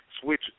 Switch